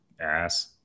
ass